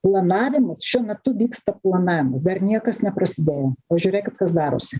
planavimas šiuo metu vyksta planavimas dar niekas neprasidėjo o žiūrėkit kas darosi